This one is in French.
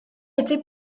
été